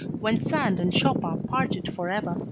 when sand and chopin parted forever.